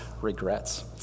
regrets